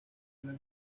una